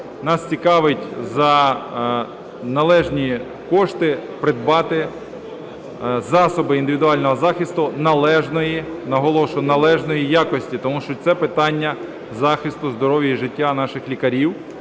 нас цікавить за належні кошти придбати засоби індивідуального захисту належної, наголошую, належної якості, тому що це питання захисту здоров'я і життя наших лікарів,